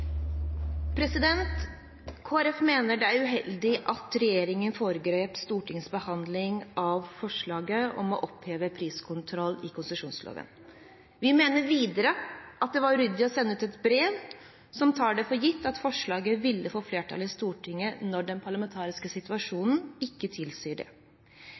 mener videre at det var uryddig å sende ut et brev som tar det for gitt at forslaget ville få flertall i Stortinget, når den parlamentariske situasjonen ikke tilsier det.